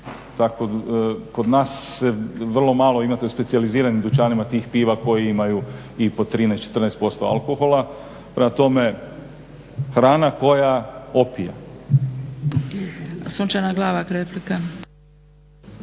vino. Kod nas vrlo malo imate u specijaliziranim dućanima tih piva koja imaju i po 13-14% alkohola, prema tome hrana koja opija.